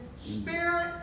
spirit